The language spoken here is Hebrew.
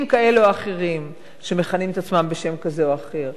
כאלה או אחרים שמכנים את עצמם בשם כזה או אחר.